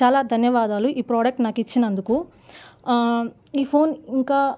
చాలా ధన్యవాదాలు ఈ ప్రోడక్ట్ నాకు ఇచ్చినందుకు ఈ ఫోన్ ఇంకా